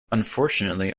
unfortunately